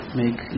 make